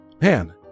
man